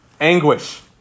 anguish